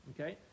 okay